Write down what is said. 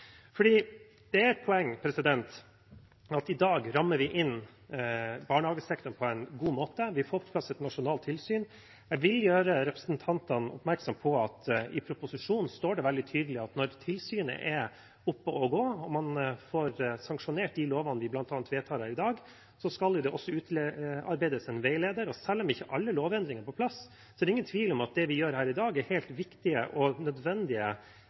det er et poeng at i dag rammer vi inn barnehagesektoren på en god måte. Vi får på plass et nasjonalt tilsyn. Jeg vil gjøre representantene oppmerksom på at i proposisjonen står det veldig tydelig at når tilsynet er oppe og går og man får sanksjonert de lovene man bl.a. vedtar her i dag, skal det også utarbeides en veileder. Selv om ikke alle lovendringene er på plass, er det ingen tvil om at det vi gjør her i dag, er viktige og helt nødvendige